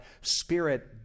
spirit